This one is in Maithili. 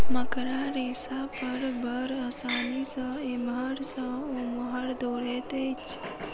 मकड़ा रेशा पर बड़ आसानी सॅ एमहर सॅ ओमहर दौड़ैत अछि